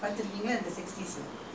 M_G_R sivaji all these have